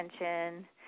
attention